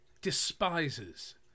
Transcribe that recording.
despises